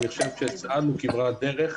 צעדנו כברת דרך.